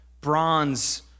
bronze